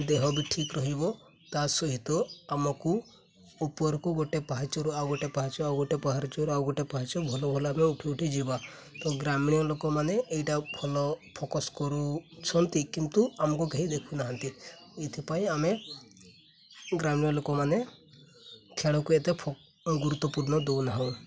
ଦେହ ବି ଠିକ୍ ରହିବ ତା' ସହିତ ଆମକୁ ଉପରକୁ ଗୋଟିଏ ପାହାଚରୁ ଆଉ ଗୋଟିଏ ପାହାଚ ଆଉ ଗୋଟିଏ ପାହାଚରୁ ଆଉ ଗୋଟିଏ ପାହାଚ ଭଲ ଭଲ ଆମେ ଉଠି ଉଠିଯିବା ତ ଗ୍ରାମୀଣ ଲୋକମାନେ ଏଇଟା ଭଲ ଫୋକସ୍ କରୁଛନ୍ତି କିନ୍ତୁ ଆମକୁ କେହି ଦେଖୁନାହାନ୍ତି ଏଥିପାଇଁ ଆମେ ଗ୍ରାମୀଣ ଲୋକମାନେ ଖେଳକୁ ଏତେ ଗୁରୁତ୍ୱପୂର୍ଣ୍ଣ ଦେଉନାହୁଁ